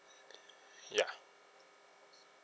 ya